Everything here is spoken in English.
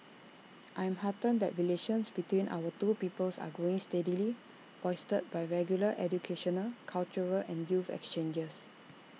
I am heartened that relations between our two peoples are growing steadily bolstered by regular educational cultural and youth exchanges